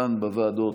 כאן בוועדות,